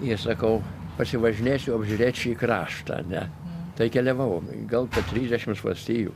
ir sakau pasivažinėsiu apžiūrėt šį kraštą ane tai keliavau gal per trisdešims valstijų